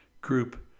group